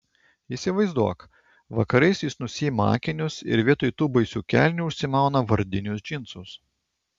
įsivaizduok vakarais jis nusiima akinius ir vietoj tų baisių kelnių apsimauna vardinius džinsus